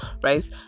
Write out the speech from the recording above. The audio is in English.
right